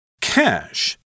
Cash